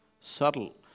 subtle